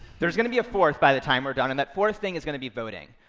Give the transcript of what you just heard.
there's gonna be a fourth by the time we're done, and that fourth thing is gonna be voting.